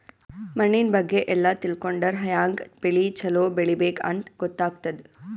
ಮಣ್ಣಿನ್ ಬಗ್ಗೆ ಎಲ್ಲ ತಿಳ್ಕೊಂಡರ್ ಹ್ಯಾಂಗ್ ಬೆಳಿ ಛಲೋ ಬೆಳಿಬೇಕ್ ಅಂತ್ ಗೊತ್ತಾಗ್ತದ್